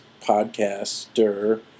podcaster